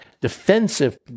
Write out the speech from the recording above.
defensive